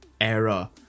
era